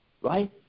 right